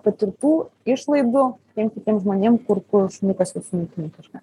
patirtų išlaidų tiem kitiem žmonėm kur kur šuniukas jau sunaikino kažką